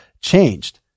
changed